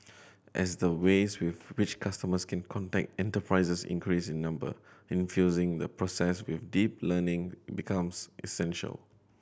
as the ways with which customers can contact enterprises increase in number infusing the process with deep learning becomes essential